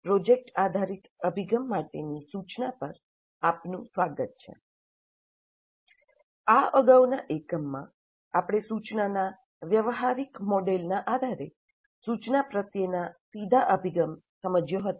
project આધારિત અભિગમ માટેની સૂચના પર આપનું સ્વાગત છે આ અગાઉ ના એકમમાં આપણે સૂચનાના વ્યવહારિક મોડેલના આધારે સૂચના પ્રત્યેનો સીધો અભિગમ સમજ્યો હતો